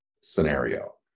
scenario